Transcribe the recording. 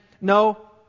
no